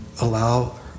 allow